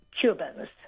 Cubans